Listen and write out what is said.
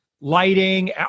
lighting